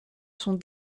sont